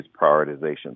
prioritization